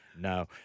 no